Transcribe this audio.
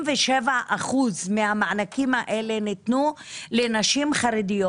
ש-87% מהמענקים האלה ניתנו לנשים חרדיות.